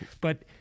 but-